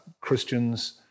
Christians